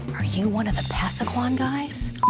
are you one of the passequan guys?